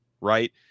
right